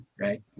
right